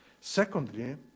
Secondly